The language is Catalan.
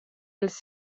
els